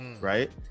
Right